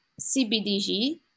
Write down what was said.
CBDG